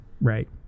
right